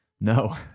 No